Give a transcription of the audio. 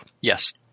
yes